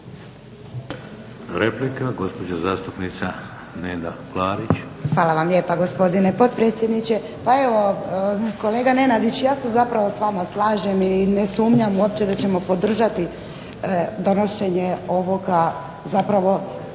Replika, gospođa zastupnica Neda Klarić. **Klarić, Nedjeljka (HDZ)** Hvala vam lijepa, gospodine potpredsjedniče. Pa evo kolega Nenadić, ja se zapravo s vama slažem i ne sumnjam uopće da ćemo podržati donošenje ovoga zapravo